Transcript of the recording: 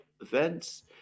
events